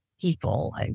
people